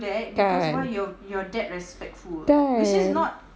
kan kan